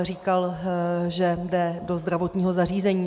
Říkal, že jde do zdravotního zařízení.